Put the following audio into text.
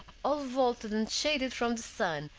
all vaulted and shaded from the sun,